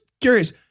curious